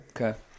Okay